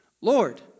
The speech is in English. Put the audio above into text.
Lord